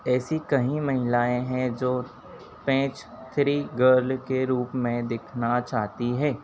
ऐसी कई महिलाएँ हैं जो पेज थ्री गर्ल के रूप में दिखना चाहती हैं